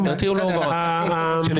מבחינתך היא הובהרה, מבחינתי לא.